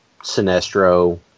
Sinestro